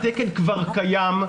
התקן כבר קיים.